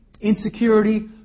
insecurity